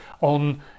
on